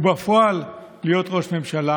ובפועל להיות ראש ממשלה.